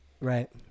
Right